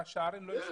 השערים לא ייסגרו.